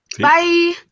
bye